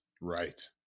right